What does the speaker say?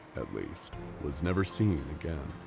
at least was never seen again.